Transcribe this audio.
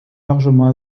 largement